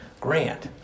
Grant